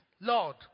Lord